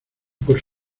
por